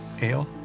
Ale